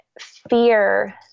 fear